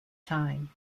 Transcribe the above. tyne